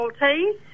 Maltese